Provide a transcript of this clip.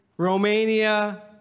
Romania